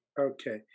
Okay